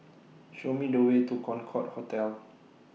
Show Me The Way to Concorde Hotel